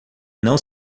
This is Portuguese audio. não